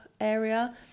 area